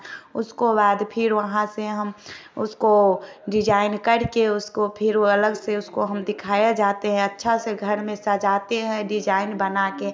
उसको बाद फिर वहाँ से हम उसको डिजाईन कर के उसको फिर अलग से उसको फिर दिखाया जाते है अच्छा से घर में सजाते है डिजाईन बना कर